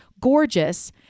gorgeous